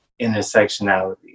intersectionality